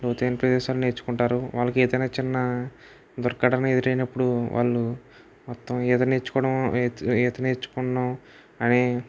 లోతైన ప్రదేశాలలో నేర్చుకుంటారు వారికి ఈతలో చిన్న దుర్ఘటన ఎదురైనప్పుడు వాళ్ళు మొత్తం ఈత నేర్చుకోవడం ఈత నేర్చుకుందాం అని